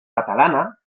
catalana